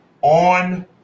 on